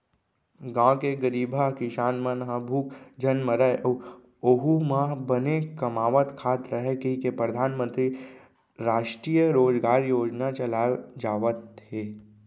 गाँव के गरीबहा किसान मन ह भूख झन मरय अउ ओहूँ ह बने कमावत खात रहय कहिके परधानमंतरी रास्टीय रोजगार योजना चलाए जावत हे